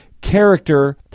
Character